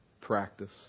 practice